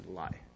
lie